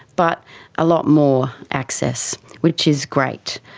but a lot more access, which is great.